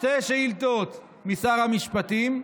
שתי שאילתות לשר המשפטים.